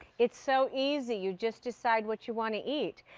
it's so easy. you just decide what you want to eat.